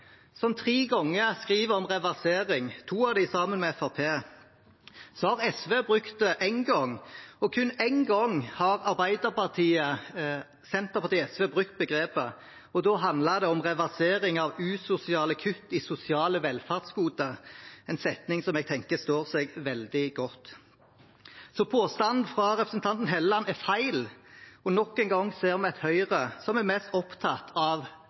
som tre ganger skriver om reversering, to av dem sammen med Fremskrittspartiet. SV har brukt det én gang, og kun én gang har Arbeiderpartiet, Senterpartiet og SV brukt begrepet, og da handlet det om reversering av usosiale kutt i sosiale velferdsgoder, en setning som jeg tenker står seg veldig godt. Så påstanden fra representanten Helleland er feil, og nok en gang ser vi et Høyre som er mest opptatt av